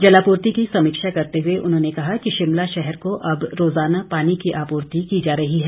जलापूर्ति की समीक्षा करते हुए उन्होंने कहा कि शिमला शहर को अब रोजाना पानी की आपूर्ति की जा रही है